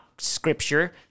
scripture